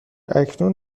اکنون